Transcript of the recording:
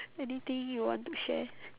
anything you want to share